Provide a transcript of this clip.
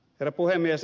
herra puhemies